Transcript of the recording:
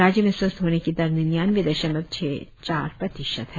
राज्य में स्वास्थ्य होने की दर निन्यानबे दशमलव छह चार प्रतिशत है